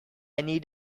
need